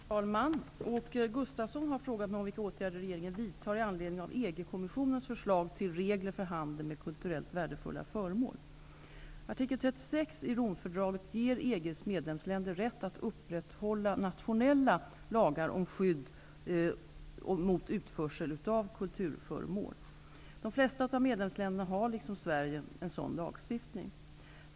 Herr talman! Åke Gustavsson har frågat mig om vilka åtgärder regeringen vidtar i anledning av EG Artikel 36 i Romfördraget ger EG:s medlemsländer rätt att upprätthålla nationella lagar om skydd mot utförsel av kulturföremål. De flesta av medlemsländerna har liksom Sverige sådan lagstiftning.